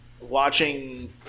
watching